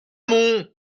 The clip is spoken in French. mon